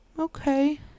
okay